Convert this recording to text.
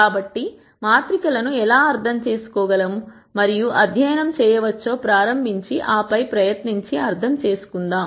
కాబట్టి మాత్రికలను ఎలా అర్థం చేసుకో గలం మరియు అధ్యయనం చేయవచ్చో ప్రారంభించి ఆపై ప్రయత్నించి అర్థం చేసుకుందాం